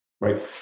right